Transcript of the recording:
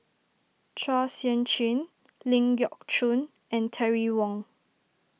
Chua Sian Chin Ling Geok Choon and Terry Wong